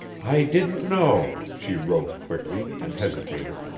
i didn't know, she wrote quickly, and hesitated.